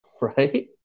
Right